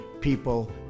people